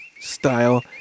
style